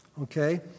Okay